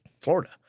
Florida